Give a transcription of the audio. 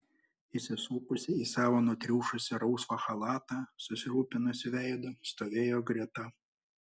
įsisupusi į savo nutriušusį rausvą chalatą susirūpinusiu veidu stovėjo greta